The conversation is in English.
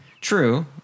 True